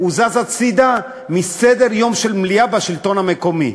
זז הצדה מסדר-היום של המליאה בשלטון המקומי,